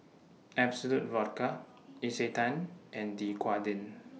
Absolut Vodka Isetan and Dequadin